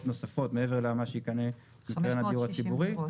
נוספות מעבר למה שייקנה מבין הדיור הציבורי,